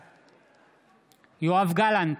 בעד יואב גלנט,